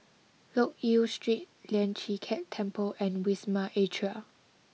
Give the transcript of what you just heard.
Loke Yew Street Lian Chee Kek Temple and Wisma Atria